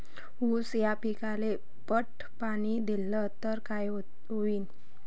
ऊस या पिकाले पट पाणी देल्ल तर काय होईन?